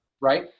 right